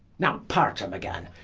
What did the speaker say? now part them againe,